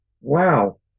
Wow